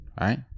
right